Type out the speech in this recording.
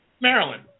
Maryland